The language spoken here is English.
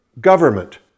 government